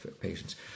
patients